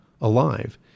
alive